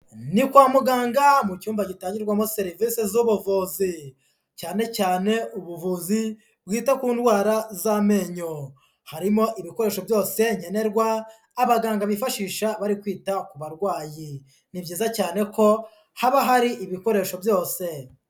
Ni kwa muganga mu cyumba gitangirwamo serivisi z'ubuvuzi, cyane cyane ubuvuzi bwita ku ndwara z'amenyo, harimo ibikoresho byose nkenenerwa abaganga bifashisha bari kwita ku barwayi, ni byiza cyane ko haba hari ibikoresho byose.